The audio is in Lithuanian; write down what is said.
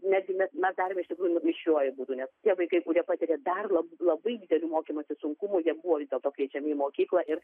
netgi mes mes darėme mišriuoju būdu nes tie vaikai kurie patiria dar labai labai didelių mokymosi sunkumų jie buvo vis dėlto kviečiami į mokyklą ir